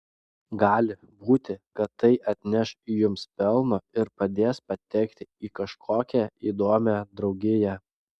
gali būti kad tai atneš jums pelno ir padės patekti į kažkokią įdomią draugiją